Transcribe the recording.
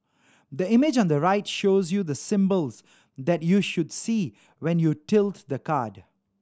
the image on the right shows you the symbols that you should see when you tilts the card